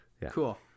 cool